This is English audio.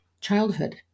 childhood